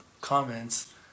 comments